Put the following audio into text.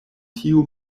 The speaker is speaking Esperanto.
tiu